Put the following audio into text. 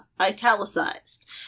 italicized